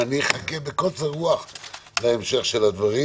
אני מחכה בקוצר רוח להמשך של הדברים.